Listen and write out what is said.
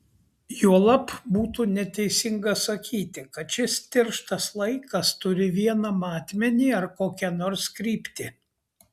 juolab būtų neteisinga sakyti kad šis tirštas laikas turi vieną matmenį ar kokią nors kryptį